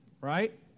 right